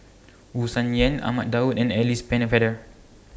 Wu Tsai Yen Ahmad Daud and Alice Pennefather